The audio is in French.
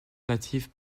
native